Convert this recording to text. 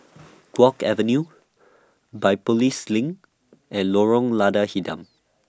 Guok Avenue Biopolis LINK and Lorong Lada Hitam